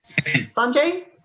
Sanjay